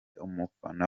umufana